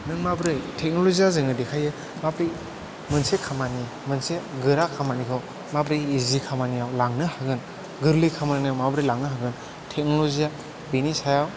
नों माबोरै टेक्नलजिया जोंनो देखायो माबोरै मोनसे खामानि मोनसे गोरा खामानिखौ माबोरै इजि खामानियाव लांनो हागोन गोरलै खामानियाव लांनो हागोन टेक्नलजिआ बेनि सायाव